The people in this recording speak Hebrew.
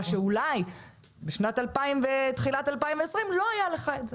מה שאולי בתחילת 2020 לא היה לך את זה.